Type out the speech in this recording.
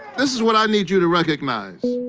this is what i need you to recognize